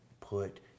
put